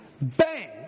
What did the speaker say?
bang